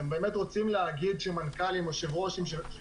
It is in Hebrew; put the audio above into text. אתם באמת רוצים להגיד שמנכ"לים או יושבי-ראש